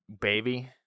baby